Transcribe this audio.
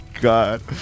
God